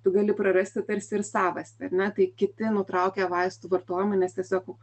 tu gali prarasti tarsi ir savastį ar ne tai kiti nutraukia vaistų vartojimą nes tiesiog